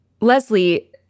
Leslie